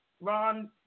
Ron